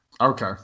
Okay